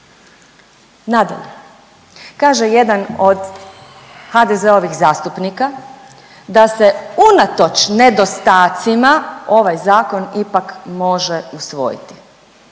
Nadalje, kaže jedan od HDZ-ovih zastupnika da se unatoč nedostacima, ovaj Zakon ipak može usvojiti.